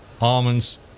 almonds